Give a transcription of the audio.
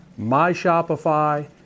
myShopify